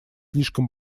слишком